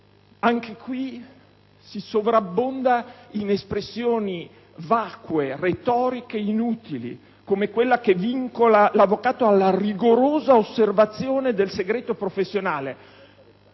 caso si sovrabbonda di espressioni vacue, retoriche e inutili, come quella che vincola l'avvocato alla «rigorosa» osservanza del segreto professionale.